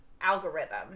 algorithm